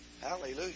Hallelujah